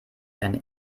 dein